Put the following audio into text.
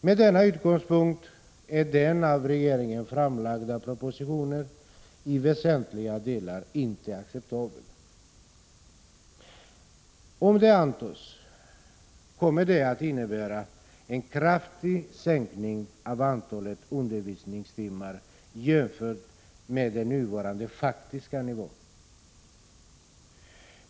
Med denna utgångspunkt är den av regeringen framlagda propositionen i väsentliga delar inte acceptabel. Om den antas kommer det att innebära en kraftig sänkning av antalet undervisningstimmar jämfört med den nuvarande faktiska nivån.